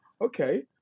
okay